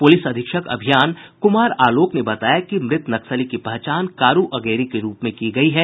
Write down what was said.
police अधीक्षक अभियान कुमार आलोक ने बताया कि मृत नक्सली की पहचान कारू अगेरी के रूप में की गई है